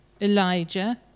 Elijah